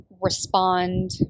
respond